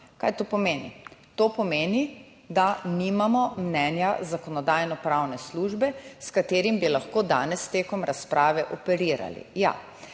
Kaj to pomeni? To pomeni, da nimamo mnenja Zakonodajno-pravne službe, s katerim bi lahko danes med razpravo operirali,